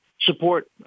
support